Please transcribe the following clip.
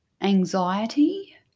anxiety